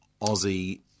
Aussie